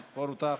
אני אספור אותך.